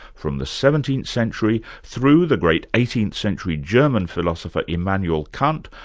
from the seventeenth century, through the great eighteenth century german philosopher immanuel kant,